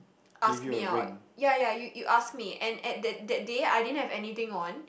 ask me out ya ya you you ask me and at that that day I didn't have anything on